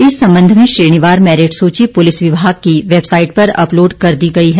इस संबंध में श्रेणीवार मैरिट सूची पुलिस विभाग की वेबसाइट पर अपलोड कर दी गई है